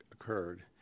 occurred